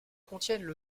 contiennent